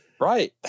Right